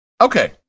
Okay